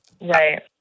Right